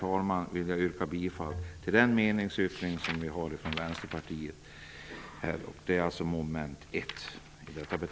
Med det vill jag yrka bifall till den meningsyttring under mom. 1 som Vänsterpartiet har fogat till betänkandet.